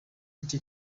icyo